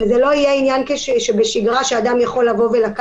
כך שזה לא יהיה עניין שבשגרה ואדם לא יוכל פשוט לבוא ולקחת.